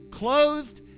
Clothed